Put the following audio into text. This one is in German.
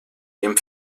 dem